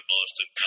Boston